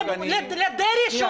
לדרעי,